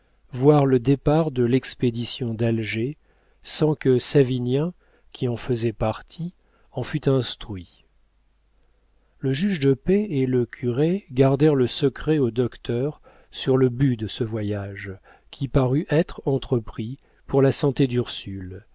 voir le départ de l'expédition d'alger sans que savinien qui en faisait partie en fût instruit le juge de paix et le curé gardèrent le secret au docteur sur le but de ce voyage qui parut être entrepris pour la santé d'ursule